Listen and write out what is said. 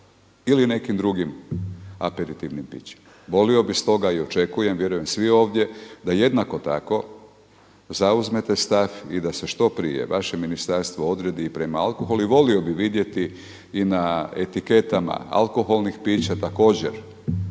ili nekim drugim aperitivnim pićima. Volio bih stota i očekujem, vjerujem svi ovdje da jednako tako zauzmete stav i da se što prije vaše ministarstvo odredi i prema alkoholu i volio bih vidjeti i na etiketama alkoholnih pića također